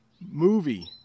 movie